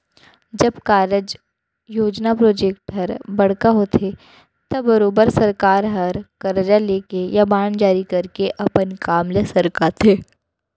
जब कारज, योजना प्रोजेक्ट हर बड़का होथे त बरोबर सरकार हर करजा लेके या बांड जारी करके अपन काम ल सरकाथे